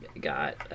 got